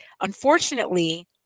unfortunately